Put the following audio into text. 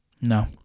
no